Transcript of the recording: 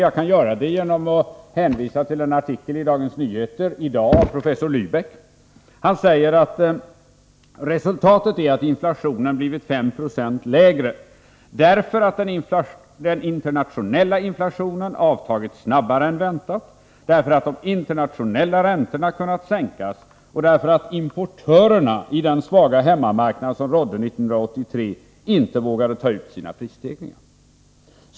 Jag kan svara genom att hänvisa till en artikel i Dagens Nyheter i dag av professor Lybeck. Han skriver: ”Resultatet är sålunda att inflationstakten blivit 5 procentenheter lägre än förväntat därför att den internationella inflationen avtagit snabbare än väntat, därför att de internationella räntorna kunnat sänkas och därför att importörerna i den svaga hemmarknad som rådde under 1983 inte vågade ta ut sina prisstegringar ———.